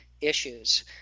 issues